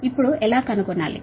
ఇప్పుడు ఎలా కనుగొనాలి